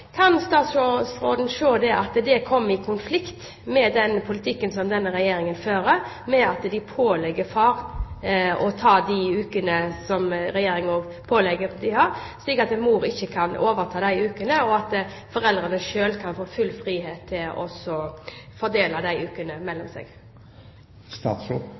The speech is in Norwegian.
Kan statsråden se at dette kommer i konflikt med den politikken denne regjeringen fører? Regjeringen pålegger far å ta ut ukene i fedrekvoten, mens mor ikke kan overta de ukene, slik at foreldrene selv har ikke full frihet til å fordele de ukene